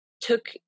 took